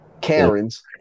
Karens